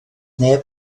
neb